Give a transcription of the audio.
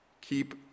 keep